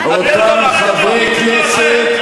אותם חברי כנסת,